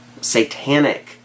satanic